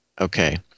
Okay